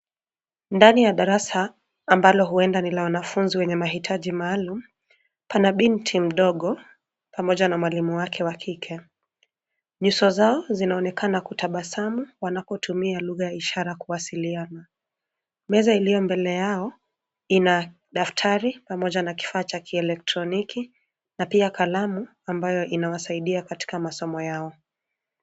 Ndani ya darasa ambalo huenda ni la wanafunzi wenye mahitaji maalum, Pana binti mdogo pamoja na mwalimu wake wa kike. Nyuso zao zinaonekana kutabasamu wanapotumia lugha ya ishara kuwasiliana. Meza iliyo mbele yao ina daftari pamoja na kifaa cha kielektroniki na pia kalamu ambayo inawasaidia katika masomo yao.